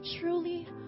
truly